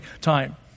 time